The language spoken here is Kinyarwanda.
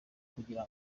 kugira